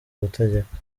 gutegeka